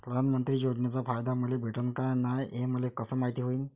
प्रधानमंत्री योजनेचा फायदा मले भेटनं का नाय, हे मले कस मायती होईन?